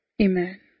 Amen